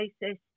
basis